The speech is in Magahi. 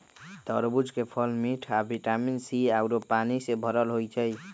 तरबूज के फल मिठ आ विटामिन सी आउरो पानी से भरल होई छई